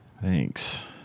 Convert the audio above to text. Thanks